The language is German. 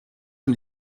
und